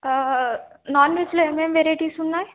నన్ వెజలో ఏమేం వెరైటీస్ ఉన్నాయి